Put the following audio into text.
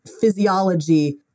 physiology